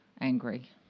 angry